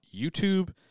YouTube